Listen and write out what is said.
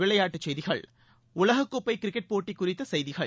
விளையாட்டுச்செய்திகள் உலகக்கோப்பை கிரிக்கெட் போட்டி குறித்த செய்திகள்